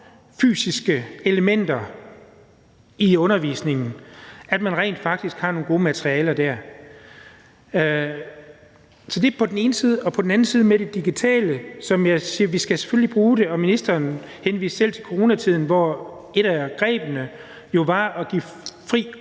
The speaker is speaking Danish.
fysiske elementer i undervisningen, rent faktisk har nogle gode materialer der. Så det gælder på en ene side. På den anden side vil jeg med hensyn til det digitale sige, at vi selvfølgelig skal bruge det. Og ministeren henviste selv til coronatiden, hvor et af grebene jo var at give fri